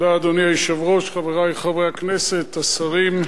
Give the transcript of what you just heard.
אדוני היושב-ראש, תודה, חברי חברי הכנסת, השרים,